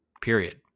Period